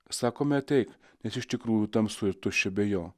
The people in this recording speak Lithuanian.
sakome ateik nes iš tikrųjų tamsu ir tuščia be jo